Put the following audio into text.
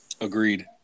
Agreed